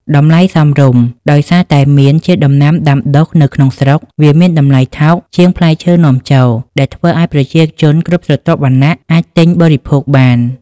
តម្លៃសមរម្យ ដោយសារតែមៀនជាដំណាំដាំដុះនៅក្នុងស្រុក វាមានតម្លៃថោកជាងផ្លែឈើនាំចូល ដែលធ្វើឲ្យប្រជាជនគ្រប់ស្រទាប់វណ្ណៈអាចទិញបរិភោគបាន។